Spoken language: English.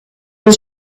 was